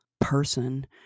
person